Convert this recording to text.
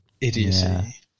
idiocy